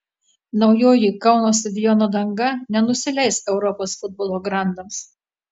naujoji kauno stadiono danga nenusileis europos futbolo grandams